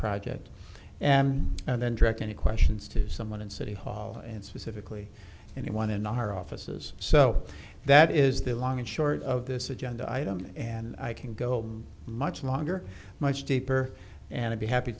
project and then direct any questions to someone in city hall and specifically anyone in our offices so that is the long and short of this agenda item and i can go much longer much deeper and i'd be happy